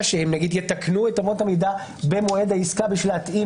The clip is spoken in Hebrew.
שהם נגיד יתקנו את אמות המידה במועד העסקה כדי להתאים